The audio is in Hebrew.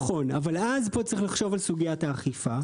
נכון, אבל אז פה צריך לחשוב על סוגיית האכיפה.